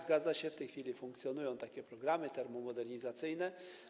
Zgadza się, w tej chwili funkcjonują programy termomodernizacyjne.